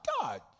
God